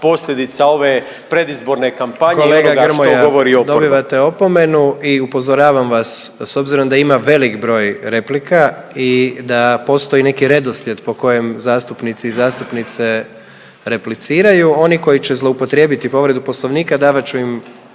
govori oporba. **Jandroković, Gordan (HDZ)** dobivate opomenu i upozoravam vas s obzirom da ima velik broj replika i da postoji neki redoslijed po kojem zastupnici i zastupnice repliciraju, oni koji će zloupotrijebiti povredu poslovnika davat ću im